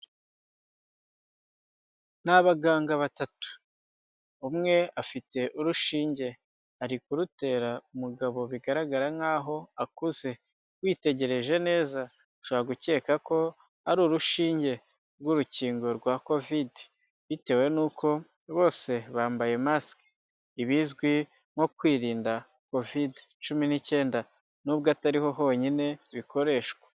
Ni abaganga batatu, umwe afite urushinge, ari kurutera umugabo bigaragara nk'aho akuze, witegereje neza ushobora gukeka ko ari urushinge rw'urukingo rwa Covid, bitewe n'uko bose bambaye masike, ibizwi nko kwirinda Covid cumi n'icyenda, n'ubwo atariho honyine bikoreshwa.